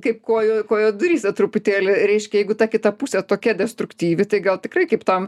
kaip koja koja duryse truputėlį reiškia jeigu ta kita pusė tokia destruktyvi tai gal tikrai kaip tam